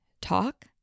talk